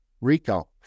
Rico